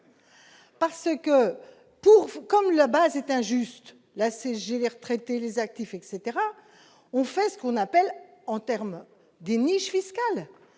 parce que pour, comme la base est injuste, la CGT retraités les actifs etc, on fait ce qu'on appelle en terme des niches fiscales